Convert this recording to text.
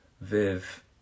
Viv